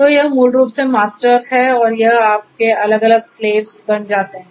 तो यह मूल रूप से मास्टर है और यह आपके अलग स्लेव्स बन जाते है